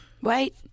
wait